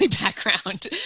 background